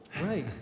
Right